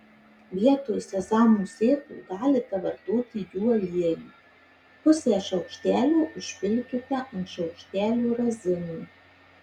vietoj sezamo sėklų galite vartoti jų aliejų pusę šaukštelio užpilkite ant šaukštelio razinų